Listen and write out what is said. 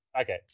Okay